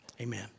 Amen